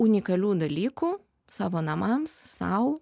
unikalių dalykų savo namams sau